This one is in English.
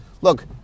look